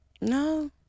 No